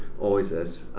always is.